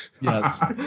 Yes